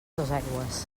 dosaigües